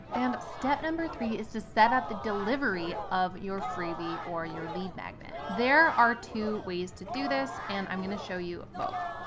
and step number three is to set up the delivery of your freebie or your lead magnet. there are two ways to do this and i'm going to show you both.